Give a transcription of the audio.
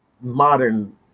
modern